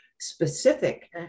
specific